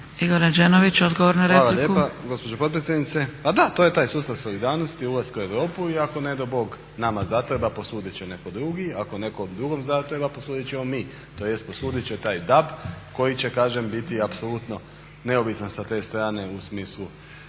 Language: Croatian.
**Rađenović, Igor (SDP)** Hvala lijepa gospođo potpredsjednice. Da to je sustav solidarnosti ulaska u Europu i ako ne do Bog nama zatreba posudit će netko drugi, ako nekom drugom zatreba posudit ćemo mi, tj. posudit će taj DAB koji će kažem biti apsolutno neovisan sa te strane u smislu